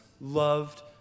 loved